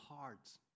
hearts